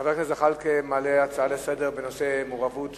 חבר הכנסת זחאלקה מעלה הצעה לסדר-היום בנושא: מעורבות